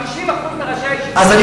50% מראשי הישיבות הם ספרדים.